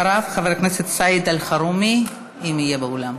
אחריו, חבר הכנסת סעיד אלחרומי, אם יהיה באולם.